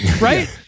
Right